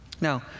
Now